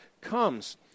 comes